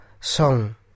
song